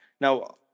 now